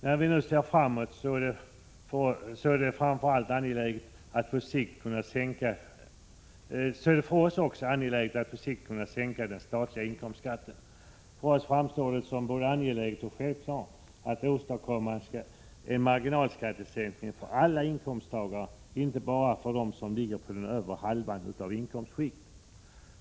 När vi nu ser framåt är det för oss angeläget att på sikt kunna sänka den statliga inkomstskatten. För oss framstår det som både angeläget och självklart att åstadkomma en marginalskattesänkning för alla inkomsttagare —-inte bara för dem som ligger på den övre halvan av inkomstskiktet.